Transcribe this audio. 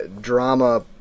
drama